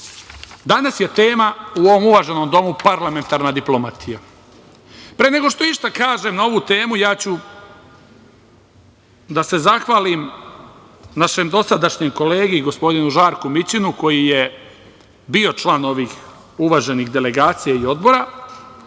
Danas je tema u ovom uvaženom domu, parlamentarna diplomatija. Pre nego što išta kažem na ovu temu, ja ću da se zahvalim našem dosadašnjem kolegi, gospodinu Žarku Mićinu koji je bio član ovih uvaženih delegacija i odbora,